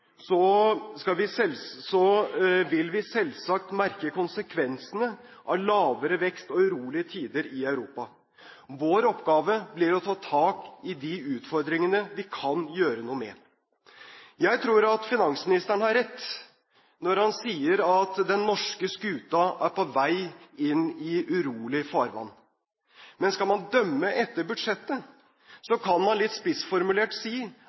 vil vi selvsagt merke konsekvensene av lavere vekst og urolige tider i Europa. Vår oppgave blir å ta tak i de utfordringene vi kan gjøre noe med. Jeg tror finansministeren har rett når han sier at den norske skuta er på vei inn i urolig farvann. Men skal man dømme etter budsjettet, kan man litt spissformulert si